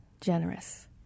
generous